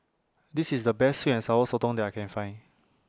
This IS The Best Sweet and Sour Sotong that I Can Find